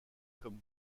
comme